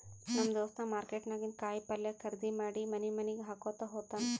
ನಮ್ ದೋಸ್ತ ಮಾರ್ಕೆಟ್ ನಾಗಿಂದ್ ಕಾಯಿ ಪಲ್ಯ ಖರ್ದಿ ಮಾಡಿ ಮನಿ ಮನಿಗ್ ಹಾಕೊತ್ತ ಹೋತ್ತಾನ್